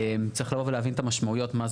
צריך לבוא להבין את המשמעויות מה זה